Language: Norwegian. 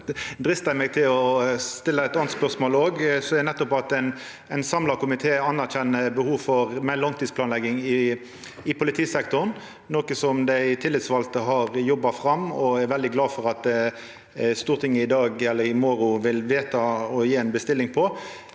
då dristar eg meg til å stilla eit anna spørsmål òg. Ein samla komité anerkjenner behov for meir langtidsplanlegging i politisektoren, noko som dei tillitsvalde har jobba fram, og som eg er veldig glad for at Stortinget i morgon vil vedta å gjera ei bestilling på.